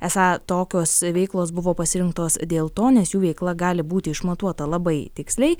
esą tokios veiklos buvo pasirinktos dėl to nes jų veikla gali būti išmatuota labai tiksliai